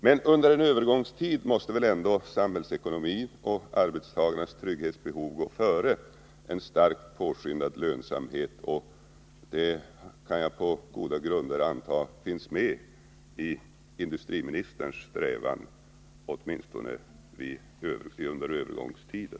Men under en övergångstid måste väl ändå samhällsekonomin och arbetstagarnas trygghetsbehov gå före en starkt påskyndad lönsamhet. Jag kan på goda grunder anta att detta finns med i industriministerns strävan — åtminstone under övergångstiden.